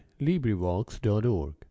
LibriVox.org